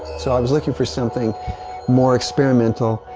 so, i was looking for something more experimental,